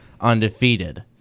undefeated